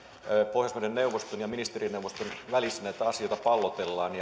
pohjoismaiden neuvoston ja ministerineuvoston välillä näitä asioita pallotellaan